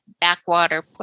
backwater